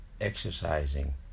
exercising